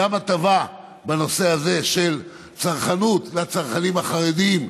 יש גם הטבה בנושא הזה של צרכנות לצרכנים החרדים,